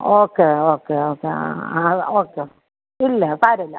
okay okay okay ആ അ okay ഇല്ല സാരമില്ല